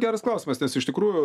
geras klausimas nes iš tikrųjų